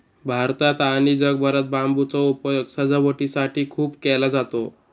भारतात आणि जगभरात बांबूचा उपयोग सजावटीसाठी खूप केला जातो